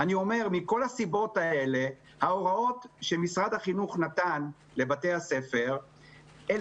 מכל הסיבות האלה ההוראות שנתן משרד החינוך לבתי הספר הן